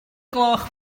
gloch